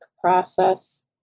process